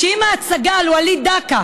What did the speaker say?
אם ההצגה על וליד דקה,